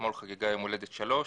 שאתמול חגגה יום הולדת שלוש,